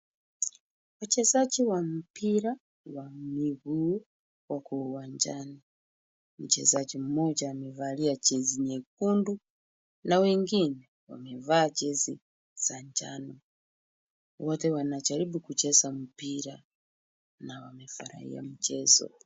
Wachezaji wa mpira wa miguu wako uwanjani. Mchezaji mmoja amevalia jezi nyekundu na wengine wamevaa jezi za njano. Wote wanajaribu kucheza mpira na wamefurahia mchezo.